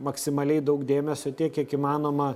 maksimaliai daug dėmesio tiek kiek įmanoma